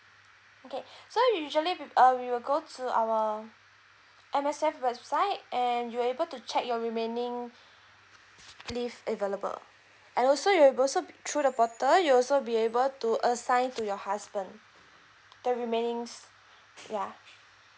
okay so usually we uh we will go to our M_S_F website and you are able to check your remaining leave available and also you also through the portal you also be able to assign to your husband the remaining's ya